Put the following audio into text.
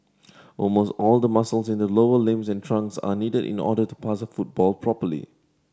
almost all the muscles in the lower limbs and trunk are needed in order to pass a football properly